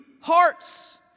hearts